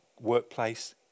workplace